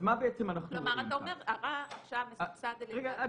אתה אומר שעכשיו הרע מסובסד על ידי הטוב כי --- רק שנייה,